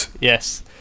Yes